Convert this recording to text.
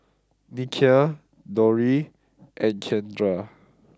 Nikia Dori and Keandre